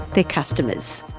their customers.